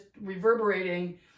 reverberating